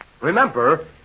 Remember